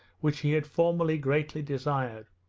which he had formerly greatly desired.